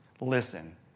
Listen